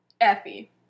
Effie